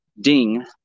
ding